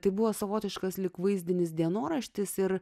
tai buvo savotiškas lyg vaizdinis dienoraštis ir